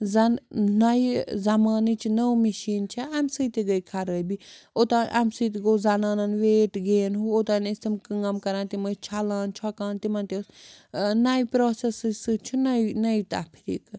زَنہٕ نَیہِ زمانٕچ نٔو مِشیٖن چھےٚ اَمہِ سۭتۍ تہِ گٔے خرٲبی اوٚتام اَمہِ سۭتۍ گوٚو زَنانَن ویٹ گین ہُہ اوٚتام ٲسۍ تِم کٲم کَران تِم ٲسۍ چھَلان چھۄکان تِمَن تہِ ٲسۍ نَوِ پرٛوسٮ۪س سۭتۍ چھُ نٔو نٔے تَفریٖکہٕ